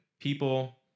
People